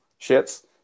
shits